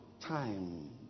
time